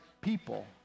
people